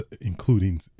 including